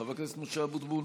חבר הכנסת משה אבוטבול.